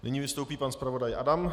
Nyní vystoupí pan zpravodaj Adam.